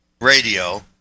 radio